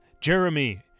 Jeremy